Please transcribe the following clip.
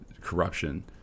corruption